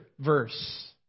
verse